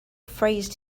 phrase